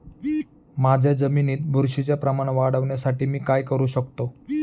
माझ्या जमिनीत बुरशीचे प्रमाण वाढवण्यासाठी मी काय करू शकतो?